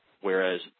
Whereas